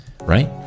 right